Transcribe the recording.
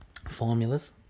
Formulas